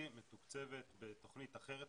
חסרת עורף משפחתי מתוקצבת בתוכנית אחרת,